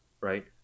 right